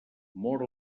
mor